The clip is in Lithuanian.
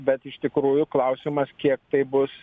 bet iš tikrųjų klausimas kiek tai bus